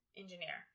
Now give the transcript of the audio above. engineer